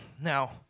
Now